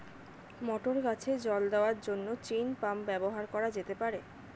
মটর গাছে জল দেওয়ার জন্য চেইন পাম্প ব্যবহার করা যেতে পার?